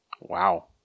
Wow